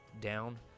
down